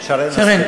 שרן.